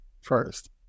first